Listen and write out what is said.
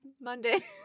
Monday